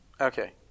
Okay